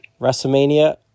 WrestleMania